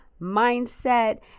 mindset